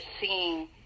seeing